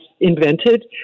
invented